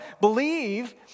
Believe